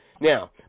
Now